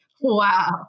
wow